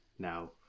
Now